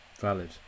Valid